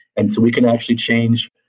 and so we can actually change,